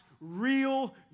real